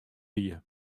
wie